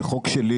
זה חוק שלי.